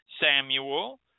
Samuel